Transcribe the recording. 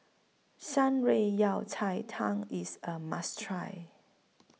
Shan Rui Yao Cai Tang IS A must Try